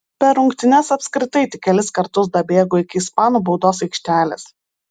per rungtynes apskritai tik kelis kartus dabėgo iki ispanų baudos aikštelės